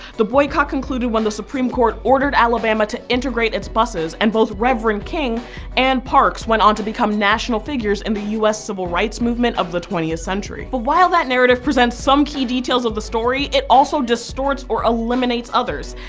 the boycott concluded when the supreme court ordered alabama to integrate its buses and both reverend king and parks went on to become national figures in and the us civil rights movement of the twentieth century. but while that narrative presents some key details of the story, it also distorts or eliminates others.